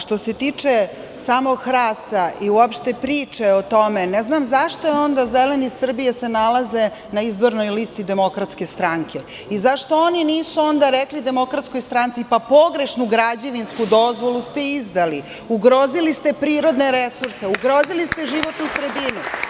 Što se tiče samog hrasta i uopšte priče o tome, ne znam zašto se onda Zeleni Srbije nalaze na izbornoj listi DS i zašto onda oni nisu rekli DS – pa, pogrešnu građevinsku dozvolu ste izdali, ugrozili ste prirodne resurse, ugrozili ste životnu sredinu.